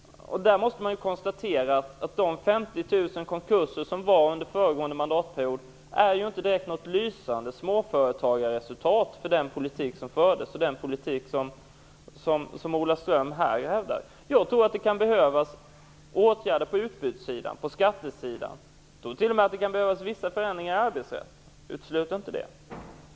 Där måste man konstatera att de 50 000 konkurser som gjordes under föregående mandatperiod inte var något direkt lysande resultat av den småföretagspolitik som fördes och den politik som Ola Ström här talar för. Jag tror att det kan behövas åtgärder på utbudssidan och på skattesidan. Jag tror t.o.m. att det kan behövas vissa förändringar i arbetsrätten - jag utesluter inte det.